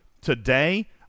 today